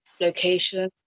location